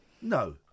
No